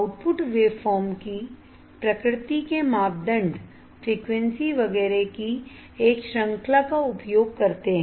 output waveform की प्रकृति के मापदंड फ्रीक्वेंसी वगैरह की एक श्रृंखला का उपयोग करते है